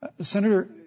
Senator